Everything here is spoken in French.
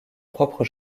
propre